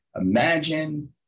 imagine